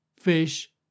fish